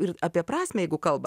ir apie prasmę jeigu kalba